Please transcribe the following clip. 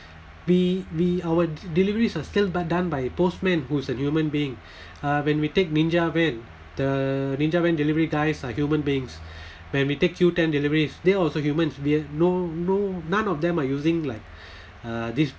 we we our deliveries are still done by postman who is a human being uh when we take ninja van the ninja van delivery guys are human beings when we take qoo ten deliveries they also humans no no none of them are using like uh this